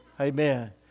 Amen